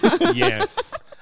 yes